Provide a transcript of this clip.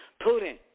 Putin